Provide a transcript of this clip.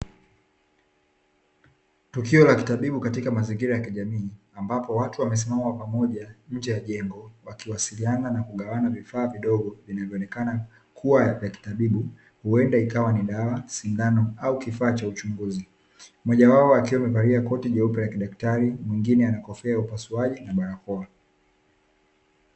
Tukio la kitabibu katika mazingira ya kijamii, ambapo watu wamesimama pamoja nje ya jengo wakiwasiliana na kugawana vifaa vidogo vinavyoonekana kuwa vya kitabibu, huenda ikawa ni dawa, sindano, au kifaa cha uchunguzi. Mmoja wao akiwa amevalia koti jeupe la kidaktari, mwingine ana kofia ya upasuaji na barakoa.